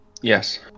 Yes